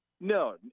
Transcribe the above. No